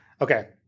Okay